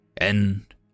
End